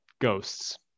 ghosts